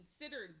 considered